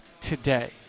today